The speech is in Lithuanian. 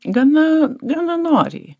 gana gana noriai